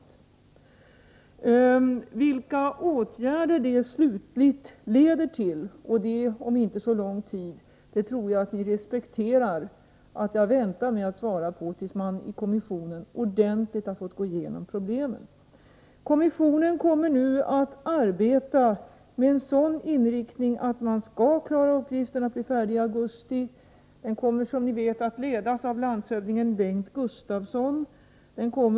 Frågan vilka åtgärder detta arbete slutligen leder till, inom en inte så lång tid, väntar jag med att svara på — och det tror jag att ni respekterar — tills man i kommissionen har gått igenom problemen ordentligt. Kommissionen kommer att arbeta med en sådan inriktning att man skall vara klar med uppgifterna i augusti. Kommissionen kommer att, som ni vet, ledas av landshövdingen Bengt Gustavsson.